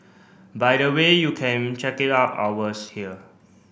by the way you can check it out ours here